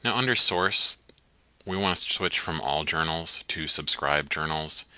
and under source we want to switch from all journals to subscribed journals.